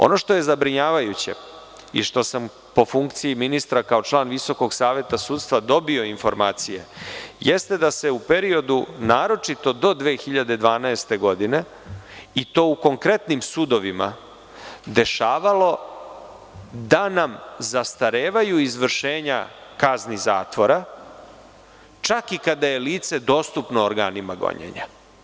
Ono što je zabrinjavajuće i što sam po funkciji ministra kao član Visokog saveta sudstva dobio informacije jeste da se u periodu naročito do 2012. godine, i to konkretnim sudovima, dešavalo da nam zastarevaju izvršenja kazni zatvora, čak i kada je lice dostupno ogranima gonjenja.